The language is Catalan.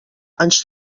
ens